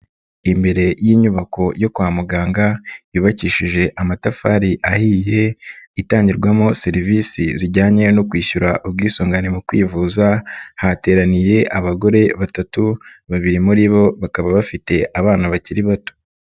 Imbere y'inyubako yo kwa muganga yubakishije amatafari ahiye, itangirwamo serivisi zijyanye no kwishyura ubwisungane mu kwivuza, hateraniye abagore batatu, babiri muri bo bakaba bafite abana bakiri bato.